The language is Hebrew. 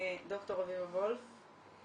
ד"ר אביבה וולף.